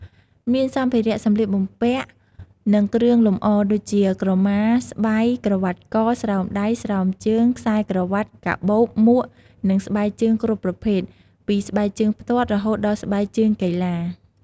មានសម្ភារៈសម្លៀកបំពាក់ និងគ្រឿងលម្អ ដូចជា ក្រមា ស្បៃ ក្រវ៉ាត់ក ស្រោមដៃ ស្រោមជើង ខ្សែក្រវ៉ាត់ កាបូប មួក និងស្បែកជើងគ្រប់ប្រភេទ ពីស្បែកជើងផ្ទាត់ រហូតដល់ស្បែកជើងកីឡា។